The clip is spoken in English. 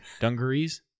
Dungarees